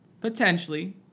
potentially